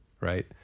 right